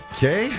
Okay